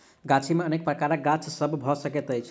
गाछी मे अनेक प्रकारक गाछ सभ भ सकैत अछि